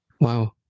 Wow